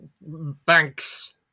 Banks